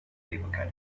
labour